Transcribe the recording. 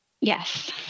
Yes